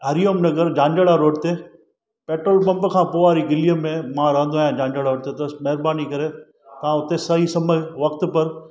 हरिओम Nagar Jhanjhra road ते petrol pump खां पोइ वारी गिलीअ में मां रहंदो आहियां झांझर रोड ते त महिरबानी करे तव्हां हुते सही समय वक़्तु पर